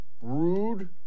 rude